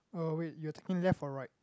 oh wait you are taking left or right